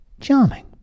Charming